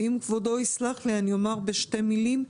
ואם כבודו יסלח לי אני אומר בשתי מילים: